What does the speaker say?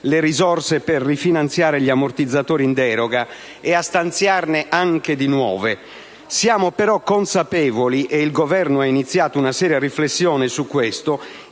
le risorse per rifinanziare gli ammortizzatori in deroga e a stanziarne anche di nuove. Siamo però consapevoli - il Governo ha iniziato una seria riflessione sul punto